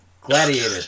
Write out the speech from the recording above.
Gladiator